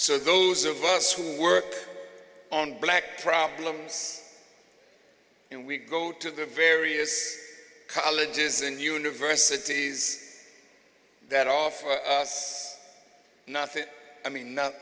so those of us who work on black problems and we go to the various colleges and universities that offer us nothing i mean not